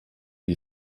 die